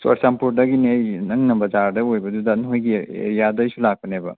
ꯆꯨꯔꯥꯆꯥꯟꯄꯨꯔꯗꯒꯤꯅꯦ ꯑꯩ ꯅꯪꯅ ꯕꯖꯥꯔꯗ ꯑꯣꯏꯕꯗꯨꯗ ꯅꯣꯏꯒꯤ ꯑꯦꯔꯤꯌꯥꯗꯩꯁꯨ ꯂꯥꯛꯄꯅꯦꯕ